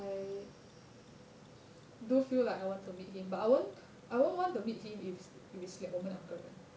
I do feel like I want to meet him but I won't I won't want to meet him if it's 我们两个人